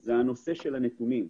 היא נושא הנתונים.